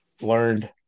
learned